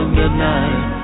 midnight